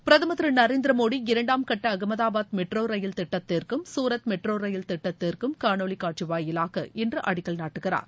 பிரதமர் திரு நரேந்திர மோடி இரண்டாம் கட்ட அகமதாபாத் மெட்ரோ ரயில் திட்டத்திற்கும் தரத் மெட்ரோ ரயில் திட்டத்திற்கும் காணொலி காட்சி வாயிலாக இன்று அடிக்கல் நாட்டுகிறார்